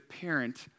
parent